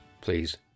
please